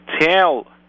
tell